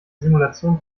simulation